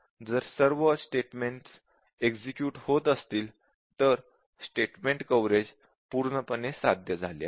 जर सर्व statements execute होत असतील तर स्टेटमेंट कव्हरेज पूर्णपणे साध्य झाले आहे